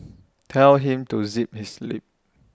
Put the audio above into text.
tell him to zip his lip